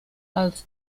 als